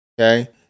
Okay